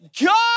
God